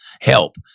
help